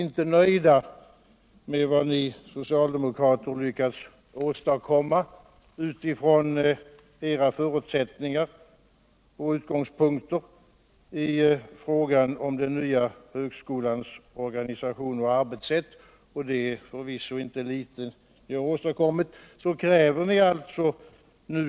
Ni socialdemokrater har inte varit nöjda med vad ni lyckats åstadkomma från era förutsättningar och utgångspunkter i fråga om den nya högskolans organisation och arbetssätt, trots att det ni åstadkommit förvisso inte varit litet.